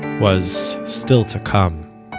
was still to come.